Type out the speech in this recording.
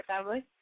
family